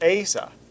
Asa